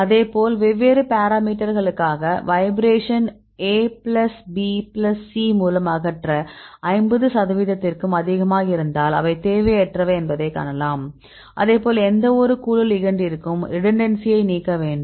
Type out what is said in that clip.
அதேபோல் வெவ்வேறு பாராமீட்டர்களுக்காக vibration a plus b plus c மூலம் அகற்ற 50 சதவிகிதத்திற்கும் அதிகமாக இருந்தால் அவை தேவையற்றவை என்பதை காணலாம் அதேபோல் எந்தவொரு குழு லிகெண்டிற்கும் ரிடெண்டன்ஸியை நீக்க வேண்டும்